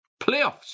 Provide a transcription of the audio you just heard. PLAYOffs